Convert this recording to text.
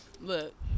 Look